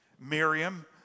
Miriam